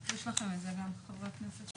יש לכם את זה גם, חברי הכנסת.